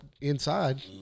inside